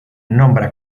nombra